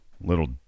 little